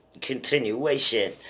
continuation